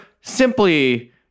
simply